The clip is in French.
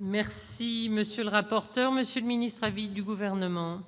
Merci, monsieur le rapporteur, monsieur le ministre à vie du gouvernement.